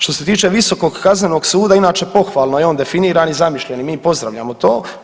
Što se tiče Visokog kaznenog suda inače pohvalno je on definiran i zamišljen i mi pozdravljamo to.